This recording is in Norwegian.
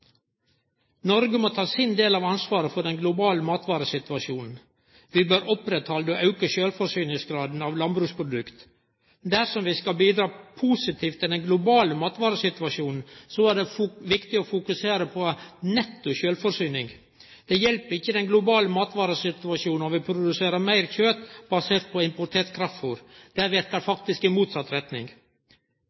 Noreg må ta sin del av ansvaret for den globale matvaresituasjonen. Vi bør oppretthalde og auke sjølvforsyningsgraden av landbruksprodukt. Dersom vi skal bidra positivt til den globale matvaresituasjonen, er det viktig å fokusere på netto sjølvforsyning. Det hjelper ikkje den globale matvaresituasjonen om vi produserer meir kjøt basert på importert kraftfôr. Det verkar faktisk i motsett retning.